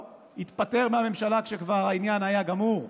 הוא התפטר מהממשלה כשכבר העניין היה גמור,